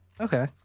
Okay